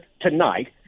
tonight